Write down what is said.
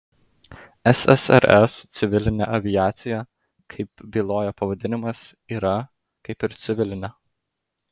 ssrs civilinė aviacija kaip byloja pavadinimas yra kaip ir civilinė